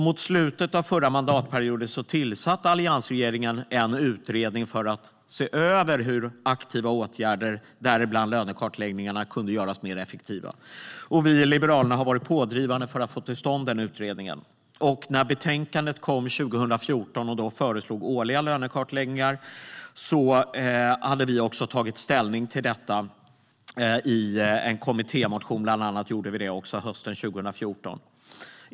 Mot slutet av den förra mandatperioden tillsatte alliansregeringen en utredning för att se över hur aktiva åtgärder - däribland lönekartläggningarna - kunde göras mer effektiva. Vi i Liberalerna var pådrivande för att få den utredningen till stånd. När betänkandet kom 2014 och man föreslog årliga lönekartläggningar hade vi också tagit ställning till detta, bland annat i en kommittémotion under hösten 2014.